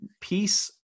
Peace